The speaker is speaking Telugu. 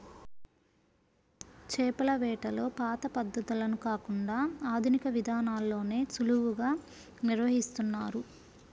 చేపల వేటలో పాత పద్ధతులను కాకుండా ఆధునిక విధానాల్లోనే సులువుగా నిర్వహిస్తున్నారు